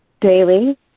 daily